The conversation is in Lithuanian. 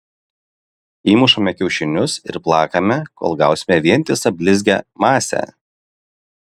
įmušame kiaušinius ir plakame kol gausime vientisą blizgią masę